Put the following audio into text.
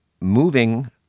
moving